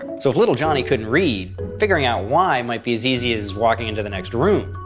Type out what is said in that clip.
so if little johnny couldn't read, figuring out why might be as easy as walking into the next room.